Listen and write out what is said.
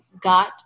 got